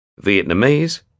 Vietnamese